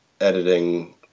editing